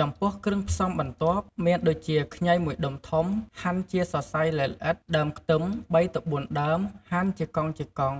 ចំពោះគ្រឿងផ្សំបន្ទាប់ មានដូចជាខ្ញី ១ ដុំធំ ហាន់ជាសរសៃល្អិតៗ, ដើមខ្ទឹម ៣ទៅ៤ ដើម ហាន់ជាកង់